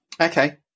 okay